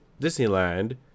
Disneyland